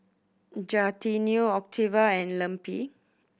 Gaetano Octavia and Lempi